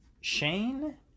Shane